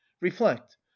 reflect